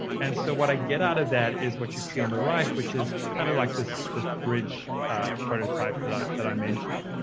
and so what i get out of that is what you see on the right, which is kind of like this this bridge prototype that i that i mentioned.